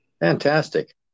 Fantastic